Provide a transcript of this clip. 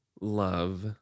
love